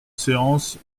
séance